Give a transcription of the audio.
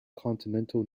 continental